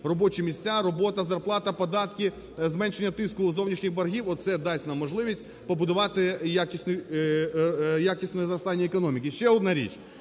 Робочі місця, робота, зарплата, податки, зменшення тиску у зовнішніх боргів - оце дасть нам можливість побудувати якісне зростання економіки.